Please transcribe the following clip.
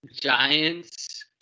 Giants